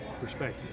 perspective